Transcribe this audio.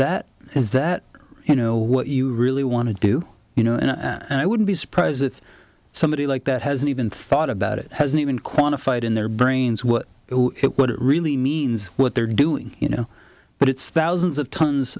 that is that you know what you really want to do you know and i wouldn't be surprised if somebody like that hasn't even thought about it hasn't even quantified in their brains what it what it really means what they're doing you know but it's thous